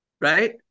Right